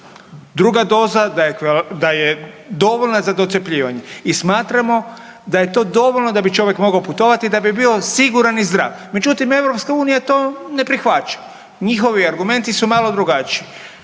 Druga doza da je dovoljna za docjepljivanje i smatramo da je to dovoljno da bi čovjek mogao putovati da bi bio siguran i zdrav. Međutim, Europska unija to ne prihvaća. Njihovi argumenti su malo drugačiji.